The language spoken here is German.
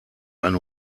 ein